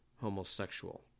homosexual